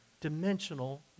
dimensional